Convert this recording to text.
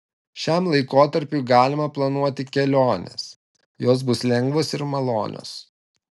šiam laikotarpiui galima planuoti keliones jos bus lengvos ir malonios